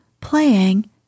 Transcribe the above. playing